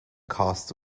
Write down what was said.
cost